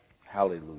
Hallelujah